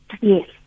Yes